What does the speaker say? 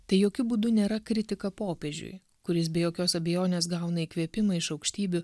tai jokiu būdu nėra kritika popiežiui kuris be jokios abejonės gauna įkvėpimą iš aukštybių